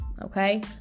okay